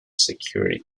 security